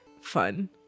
fun